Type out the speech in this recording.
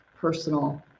personal